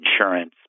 insurance